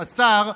השר,